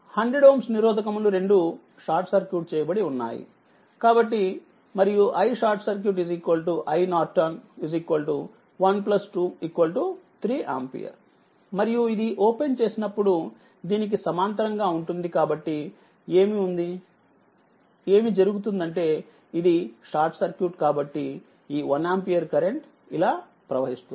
100 Ω నిరోధకములు రెండూ short circuit చేయబడి ఉన్నాయి కాబట్టి మరియు iSCIN12 3ఆంపియర్ మరియుఇది ఓపెన్ చేసినప్పుడు దీనికి సమాంతరంగా ఉంటుంది కాబట్టి ఏమిఉంది జరుగుతుందంటే ఇదిషార్ట్ సర్క్యూట్ కాబట్టి ఈ 1 ఆంపియర్ కరెంట్ ఇలా ప్రవహిస్తుంది